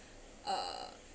uh